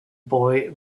boy